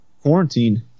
Quarantine